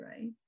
right